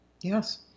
Yes